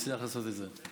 נצליח לעשות את זה.